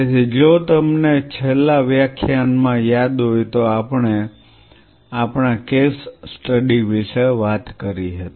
તેથી જો તમને યાદ હોય તો છેલ્લા વ્યાખ્યાન માં આપણે કેસ સ્ટડી વિશે વાત કરી હતી